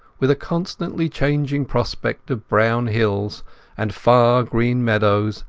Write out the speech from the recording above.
with a constantly changing prospect of brown hills and far green meadows,